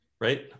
Right